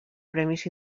premis